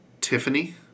Tiffany